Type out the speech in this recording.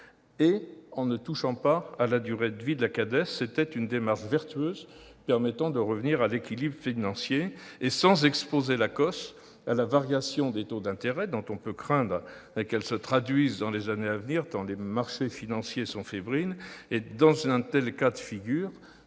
%, sans toucher à la durée de vie légale de la CADES. C'eût été une démarche vertueuse, permettant de revenir à l'équilibre financier, sans exposer l'ACOSS à la variation des taux d'intérêt, dont on peut craindre qu'elle ne survienne dans les années à venir, tant les marchés financiers sont fébriles. Dans un tel cas de figure,